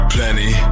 Plenty